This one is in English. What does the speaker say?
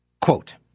Quote